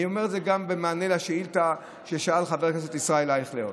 אני אומר את זה גם במענה על השאילתה ששאל חבר הכנסת ישראל אייכלר.